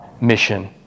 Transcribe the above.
mission